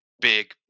big